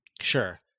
Sure